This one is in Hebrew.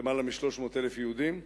יותר מ-300,000 יהודים.